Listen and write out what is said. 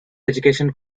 education